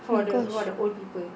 oh my gosh